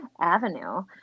avenue